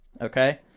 okay